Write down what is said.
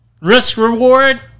risk-reward